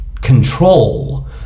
control